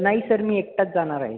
नाही सर मी एकटाच जाणार आहे